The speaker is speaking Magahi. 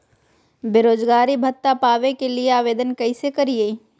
बेरोजगारी भत्ता पावे के लिए आवेदन कैसे करियय?